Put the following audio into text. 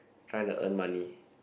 trying to earn money